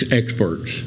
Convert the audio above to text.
experts